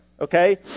okay